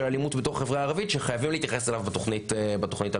של אלימות בתוך החברה הערבית שחייבים להתייחס אליו בתוכנית הלאומית.